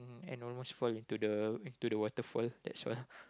and almost fall into the into the waterfall that's why